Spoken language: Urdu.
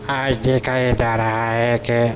آج دیکھا یہ جا رہا ہے کہ